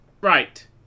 Right